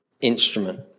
instrument